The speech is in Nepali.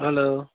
हेलो